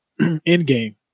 Endgame